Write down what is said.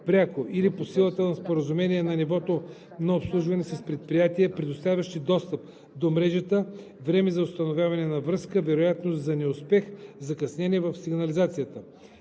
или по силата на споразумение за нивото на обслужване с предприятия, предоставящи достъп до мрежата: време за установяване на връзка, вероятност за неуспех, закъснение в сигнализацията;